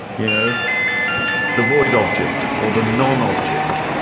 you know the void object or the non-object.